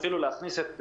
אפילו להכניס את פרופ'